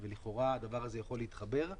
ולכאורה הדבר הזה יכול להתחבר,